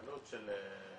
עלות של שני